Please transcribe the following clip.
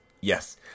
yes